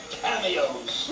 cameos